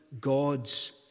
God's